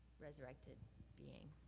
resurrected being,